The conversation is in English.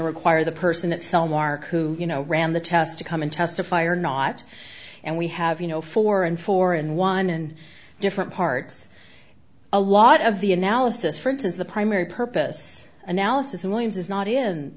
to require the person at cellmark who you know ran the test to come and testify or not and we have you know four and four and one in different parts a lot of the analysis for instance the primary purpose analysis williams is not in